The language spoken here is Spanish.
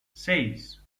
seis